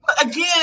Again